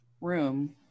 room